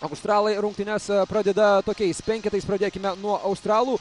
australai rungtynes pradeda tokiais penketais pradėkime nuo australų